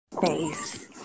face